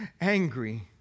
angry